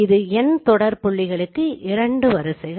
இது n தொடர்பு புள்ளிகளுக்கு 2 வரிசைகள்